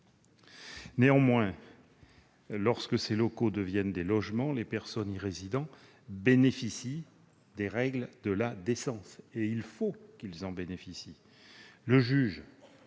Néanmoins, lorsque ces locaux deviennent des logements, les personnes qui y résident bénéficient des règles de la décence, et il faut qu'ils en bénéficient.